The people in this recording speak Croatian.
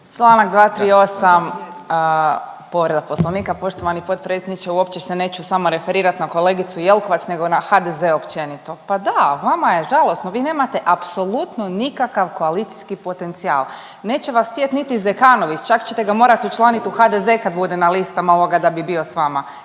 Čl. 238., povreda Poslovnika. Poštovani potpredsjedniče uopće se neću s vama referirat na kolegicu Jelkovac nego na HDZ općenito. Pa da, vama je žalosno vi nemate apsolutno nikakav koalicijski potencijal. Neće vas htjet niti Zekanović, čak ćete ga morat učlanit u HDZ kad bude na listama ovoga da bi bio s vama.